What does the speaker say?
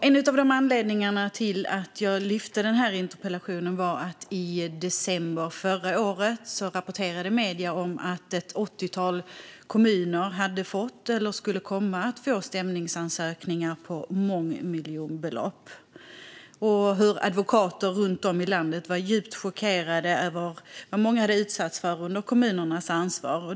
En av anledningarna till att jag väckte denna interpellation var att medierna i december förra året rapporterade att ett åttiotal kommuner hade fått eller skulle komma att få stämningsansökningar på mångmiljonbelopp och att advokater runt om i landet var djupt chockerade av vad många hade utsatts för under kommunernas ansvar.